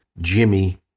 Jimmy